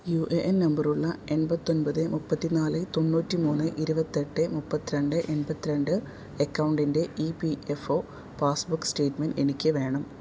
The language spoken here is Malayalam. യു എ എൻ നമ്പറുള്ള എൺപത്തൊമ്പത് മൂപ്പത്തിനാല് തൊണ്ണൂറ്റി മൂന്ന് ഇരുപത്തെട്ട് മുപ്പത്തിരണ്ട് എൺപത്തിരണ്ട് അക്കൗണ്ടിൻ്റെ E P F O passbook statement എനിക്ക് വേണം